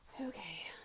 okay